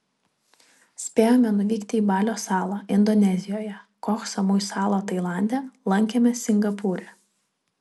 spėjome nuvykti į balio salą indonezijoje koh samui salą tailande lankėmės singapūre